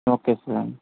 okay sir